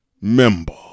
member